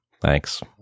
Thanks